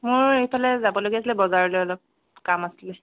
মই এইফালে যাবলগীয়া আছিলে বজাৰলৈ অলপ কাম আছিলে